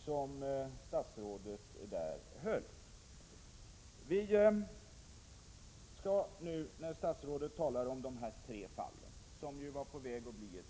Det skall noteras, när statsrådet talar om de här tre fallen, som var på väg att bli